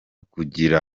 kugira